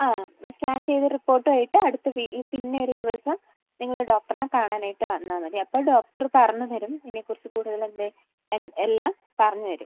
ആ സ്കാൻ ചെയ്ത റിപ്പോർട്ടും ആയിട്ട് അടുത്ത വീ പിന്നെ ഒര് ദിവസം നിങ്ങള് ഡോക്ടറിനെ കാണാനായിട്ട് വന്നാൽ മതി അപ്പം ഡോക്ടറ് പറഞ്ഞ് തരും ഇതിനെ കുറിച്ച് കൂടുതലെന്ത് എൻ എല്ലാം പറഞ്ഞ് തരും